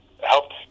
helped